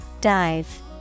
Dive